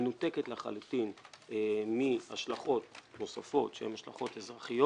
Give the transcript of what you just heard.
מנותקת לחלוטין מהשלכות נוספות שהן השלכות אזרחיות